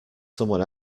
someone